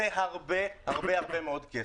זה הרבה מאוד כסף.